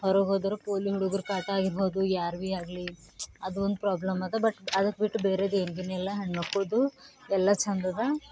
ಹೊರಗೆ ಹೋದರೆ ಪೋಲಿ ಹುಡುಗರ ಕಾಟ ಆಗಿರ್ಬೌದು ಯಾರು ಭೀ ಆಗಲಿ ಅದು ಒಂದು ಪ್ರಾಬ್ಲಮ್ಮದ ಬಟ್ ಅದಕ್ಕೆ ಬಿಟ್ಟು ಬೇರೆದೇನು ಭೀನು ಇಲ್ಲ ಹೆಣ್ಮಕ್ಳದು ಎಲ್ಲ ಚಂದದ